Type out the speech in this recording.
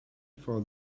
for